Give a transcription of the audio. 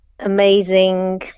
amazing